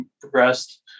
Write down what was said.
progressed